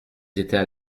étaient